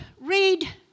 read